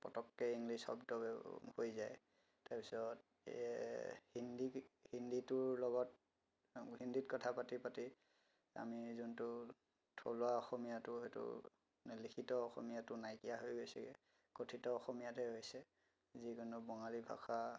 পতককৈ ইংলিছ শব্দ ব্য়ৱ হৈ যায় তাৰ পিছত হিন্দী হিন্দীটোৰ লগত আমি হিন্দীত কথা পাতি পাতি আমি যোনটো থলুৱা অসমীয়াটো সেইটো মানে লিখিত অসমীয়াটো নাইকীয়া হৈ গৈছেগৈ কথিত অসমীয়াতে হৈছে যিকোনো বঙালী ভাষা